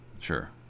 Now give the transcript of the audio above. Sure